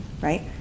right